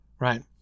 right